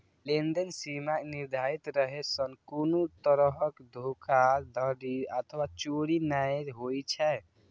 लेनदेन सीमा निर्धारित रहै सं कोनो तरहक धोखाधड़ी अथवा चोरी नै होइ छै